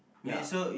ya